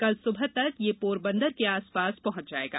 कल सुबह तक यह पोरबन्दर के आस पास पहच जायेगा